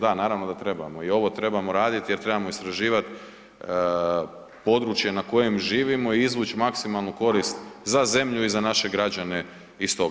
Da, naravno da trebamo, i ovo trebamo raditi jer trebamo istraživati područje na kojem živimo i izvući maksimalnu korist za zemlju i za naše građane iz toga.